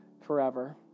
forever